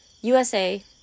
USA